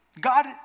God